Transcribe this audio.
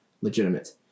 legitimate